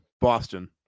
Boston